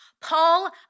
Paul